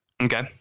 okay